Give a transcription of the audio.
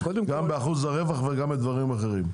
גם באחוז הרווח וגם בדברים אחרים.